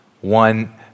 one